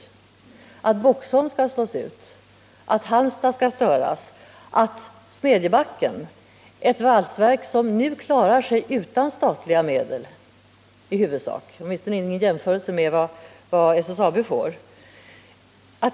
Det gäller om Boxholm skall slås ut, om Halmstads Järnverk skall störas och om Smedjebacken, ett valsverk som nu i huvudsak klarar sig utan statliga medel — åtminstone i jämförelse med vad SSAB får — också skall slås ut.